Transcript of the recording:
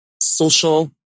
social